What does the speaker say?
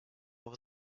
will